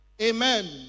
Amen